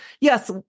yes